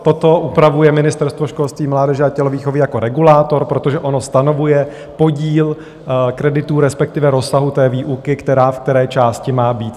Toto upravuje Ministerstvo školství, mládeže a tělovýchovy jako regulátor, protože ono stanovuje podíl kreditů, respektive rozsahu té výuky, která v které části má být.